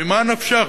ממה נפשך?